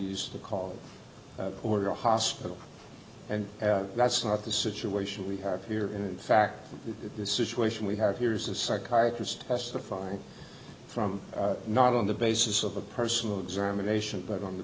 used to call order a hospital and that's not the situation we have here in fact the situation we have here is a psychiatrist testifying from not on the basis of a personal examination but on the